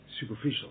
superficial